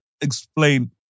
explain